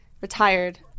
retired